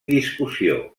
discussió